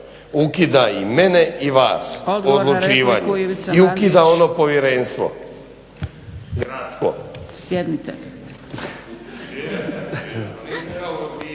Ukida i mene i vas u odlučivanju i ukida ono povjerenstvo, gradsko. **Zgrebec,